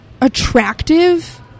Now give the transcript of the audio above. attractive